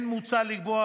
כן מוצע לקבוע